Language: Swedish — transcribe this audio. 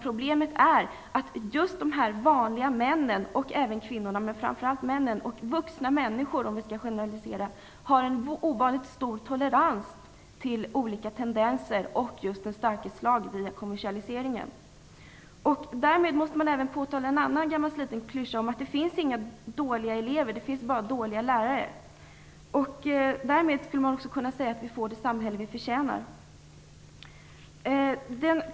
Problemet är att just de vanliga männen - och även kvinnorna - och vuxna människor, om vi skall generalisera, har en ovanligt stor tolerans mot olika tendenser som just den starkes lag via kommersialiseringen. Då måste jag även påtala en annan gammal sliten klyscha: Det finns inga dåliga elever, bara dåliga lärare. Därmed får vi det samhälle vi förtjänar.